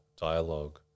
dialogue